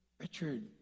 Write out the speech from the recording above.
richard